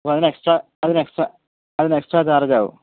അതിനെക്സ്ട്ര അതിനെക്സ്ട്ര അതിനെക്സ്ട്രാ ചാർജാവും